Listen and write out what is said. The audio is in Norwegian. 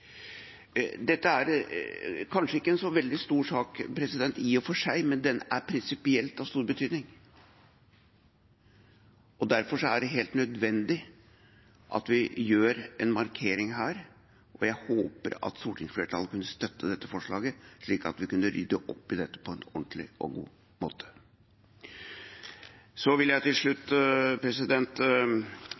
Dette er kanskje ikke en så veldig stor sak i og for seg, men den er prinsipielt av stor betydning. Derfor er det helt nødvendig at vi gjør en markering her, og jeg håpet at stortingsflertallet kunne støttet dette forslaget, slik at vi kunne rydde opp i dette på en ordentlig og god måte. Så vil jeg til slutt